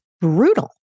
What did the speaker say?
brutal